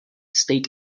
state